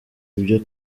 ibyo